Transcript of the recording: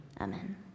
Amen